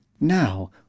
Now